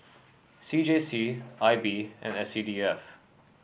C J C I B and S C D F